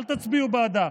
אל תצביעו בעדה,